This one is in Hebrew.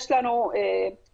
יש לנו מצוקה,